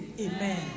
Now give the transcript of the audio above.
Amen